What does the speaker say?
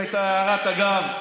זו הייתה הערת אגב,